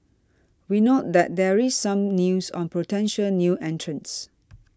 we note that there is some news on potential new entrants